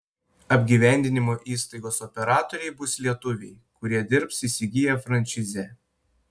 apgyvendinimo įstaigos operatoriai bus lietuviai kurie dirbs įsigiję frančizę